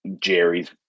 Jerry's